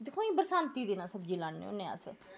दिक्खो इ'यां बरसांती दिनें सब्ज़ी लान्ने होने अस